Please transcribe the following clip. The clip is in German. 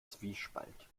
zwiespalt